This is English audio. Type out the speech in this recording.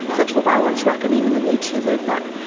sexual violence reckoning and the metoo movement.